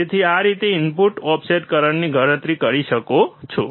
તેથી આ રીતે તમે ઇનપુટ ઓફસેટ કરંટની ગણતરી કરી શકો છો